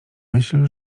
myśl